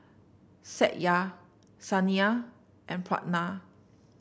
Satya Saina and Pranav